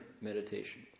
meditation